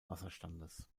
wasserstandes